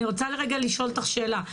אני רוצה רגע לשאול אותך שאלה,